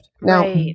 Now